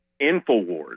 Infowars